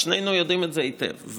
שנינו יודעים את זה היטב.